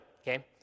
okay